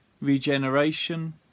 regeneration